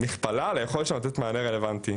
מכפלה על היכולת שלנו לתת מענה רלוונטי.